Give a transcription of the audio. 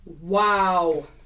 Wow